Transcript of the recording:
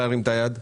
להרים את היד.